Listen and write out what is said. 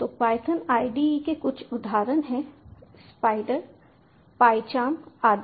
तो Python IDE के कुछ उदाहरण हैं स्पाइडर PyCharm आदि